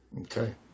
Okay